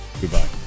goodbye